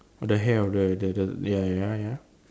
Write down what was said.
oh the hair the the the ya ya ya